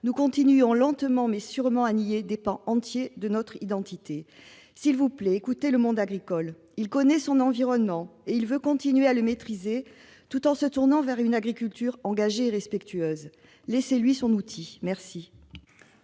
allons continuer, lentement mais sûrement, à nier des pans entiers de notre identité. S'il vous plaît, écoutez le monde agricole : il connaît son environnement et veut continuer à le maîtriser tout en se tournant vers une agriculture engagée et respectueuse. Laissez-lui son outil !